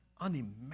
unimaginable